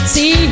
See